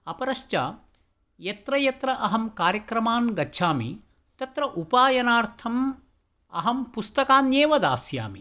अपरश्च यत्र यत्र अहं कार्यक्रमान् गच्छामि तत्र उपायनार्थम् अहं पुस्तकान्येव दास्यामि